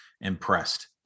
impressed